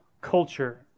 Culture